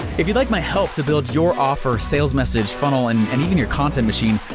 if you'd like my help to build your offer sales message funnel and and even your content machine,